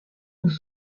nous